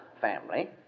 family